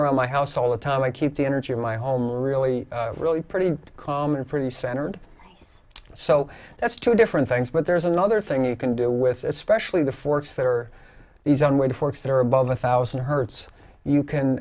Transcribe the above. around my house all the time i keep the energy of my home really really pretty calm and pretty center and so that's two different things but there's another thing you can do with especially the forks that are these on where the forks that are above one thousand hertz you can